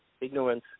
ignorance